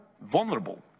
vulnerable